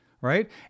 right